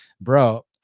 bro